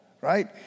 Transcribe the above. right